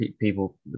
people